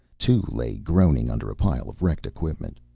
two lay groaning under a pile of wrecked equipment.